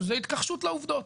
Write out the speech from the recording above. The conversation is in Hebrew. זה התכחשות לעובדות.